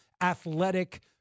athletic